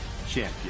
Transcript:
champion